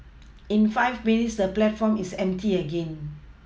in five minutes the platform is empty again